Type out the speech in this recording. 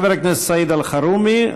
חבר הכנסת סעיד אלחרומי.